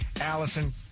Allison